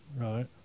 right